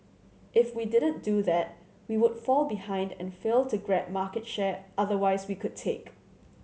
if we didn't do that we would fall behind and fail to grab market share otherwise we could take